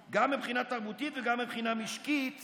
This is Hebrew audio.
אבל אין הרבה טיפשים שיהיו מוכנים למסור את הנפש על הדבר הלא-נכון.